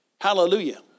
Hallelujah